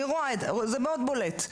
זה מאוד בולט.